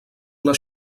una